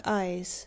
eyes